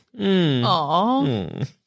Aww